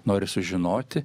nori sužinoti